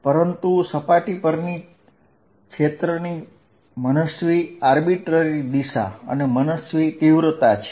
પરંતુ સપાટી પર ક્ષેત્રની મનસ્વી દિશા અને મનસ્વી તીવ્રતા છે